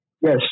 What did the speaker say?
Yes